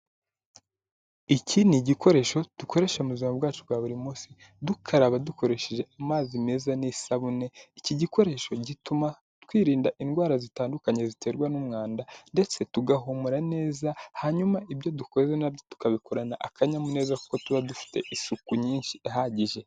Iki n'igikoresho dukoresha mu buzima bwacu bwa buri munsi, dukaraba dukoresheje amazi meza n'isabune, iki gikoresho gituma twirinda indwara zitandukanye ziterwa n'umwanda ndetse tugahumura neza, hanyuma ibyo dukoze nabyo tukabikorana akanyamuneza kuko tuba dufite isuku nyinshi ihagije.